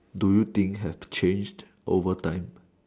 do you think have changed over time